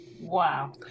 Wow